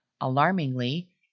Alarmingly